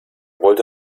wollte